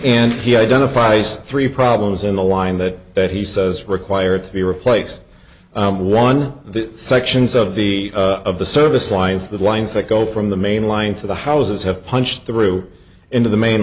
and he identifies three problems in the line that that he says required to replace one of the sections of the of the service lines the lines that go from the main line to the houses have punched through into the main